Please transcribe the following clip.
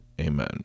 Amen